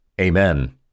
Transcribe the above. Amen